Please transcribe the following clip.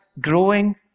growing